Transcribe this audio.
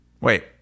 Wait